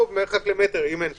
או מרחק למטר אם אין תפוסה.